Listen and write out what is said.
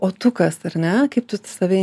o tu kas ar ne kaip tu save